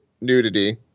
nudity